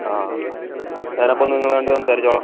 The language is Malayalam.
ആ ഞാന് അപ്പം നിങ്ങളെ കണ്ട് സംസാരിച്ചോളാം